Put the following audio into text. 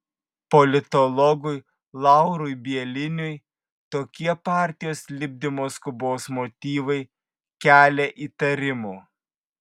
politologui laurui bieliniui tokie partijos lipdymo skubos motyvai kelia įtarimų